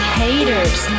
haters